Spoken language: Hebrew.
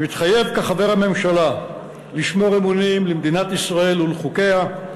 מתחייב כחבר הממשלה לשמור אמונים למדינת ישראל ולחוקיה,